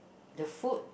the food